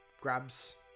grabs